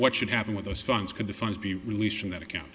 what should happen with those funds could the funds be released from that account